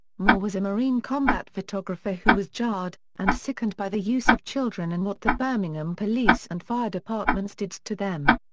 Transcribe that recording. moore was a marine combat photographer who was jarred and sickened by the use of children and what the birmingham police and fire departments did to them.